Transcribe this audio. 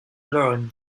learn